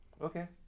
Okay